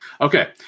Okay